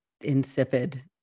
insipid